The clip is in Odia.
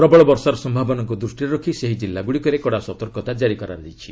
ପ୍ରବଳ ବର୍ଷାର ସମ୍ଭାବନାକୁ ଦୂଷ୍ଟିରେ ରଖି ସେହି କିଲ୍ଲାଗୁଡ଼ିକରେ କଡ଼ା ସତର୍କତା ଜାରି କରାଯାଇଛି